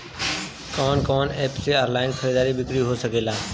कवन कवन एप से ऑनलाइन खरीद बिक्री हो सकेला?